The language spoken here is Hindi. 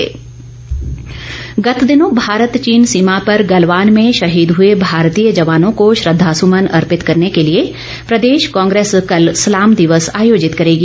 कांग्रेस गत दिनों भारत चीन सीमा पर गलवान में शहीद हुए भारतीय जवानों को श्रद्वासुमन अर्पित करने के लिए प्रदेश कांग्रेस कल सलाम दिवस आयोजित करेगी